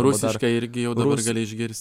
rusiškai irgi jau dabar gali išgirst